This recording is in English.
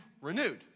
renewed